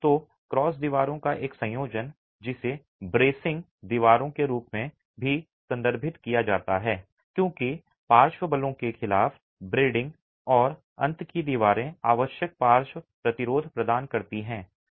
तो क्रॉस दीवारों का एक संयोजन जिसे ब्रेसिंग दीवारों के रूप में भी संदर्भित किया जाता है क्योंकि पार्श्व बलों के खिलाफ ब्रेडिंग और अंत की दीवारें आवश्यक पार्श्व प्रतिरोध प्रदान करती हैं